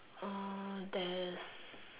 oh there's